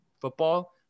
football